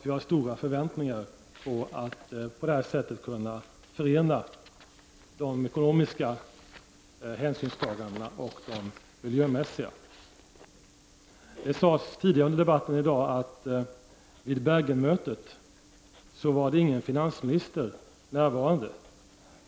Vi har stora förväntningar att på detta sätt kunna förena de ekonomiska hänsynstagandena och de miljömässiga. Det sades tidigare i debatten i dag att det inte var någon finansminister närvarande vid Bergenmötet.